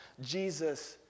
Jesus